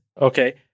Okay